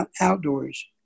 outdoors